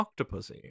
Octopussy